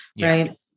right